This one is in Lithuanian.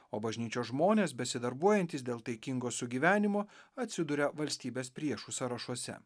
o bažnyčios žmonės besidarbuojantys dėl taikingo sugyvenimo atsiduria valstybės priešų sąrašuose